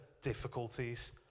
difficulties